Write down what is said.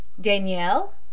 danielle